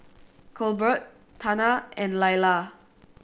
Colbert Tana and Laila